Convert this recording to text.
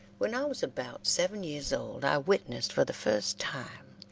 when i was about seven years old i witnessed, for the first time,